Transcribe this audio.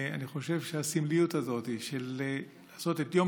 אני חושב שהסמליות הזאת של לעשות את יום